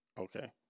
Okay